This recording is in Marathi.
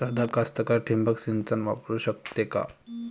सादा कास्तकार ठिंबक सिंचन वापरू शकते का?